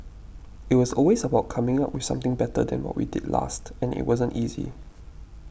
it was always about coming up with something better than what we did last and it wasn't easy